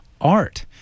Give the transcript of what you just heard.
art